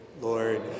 Lord